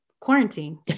quarantine